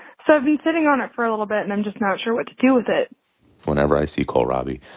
so i've been sitting on it for a little bit and i'm just not sure what to do with it whenever i see kohlrabi,